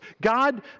God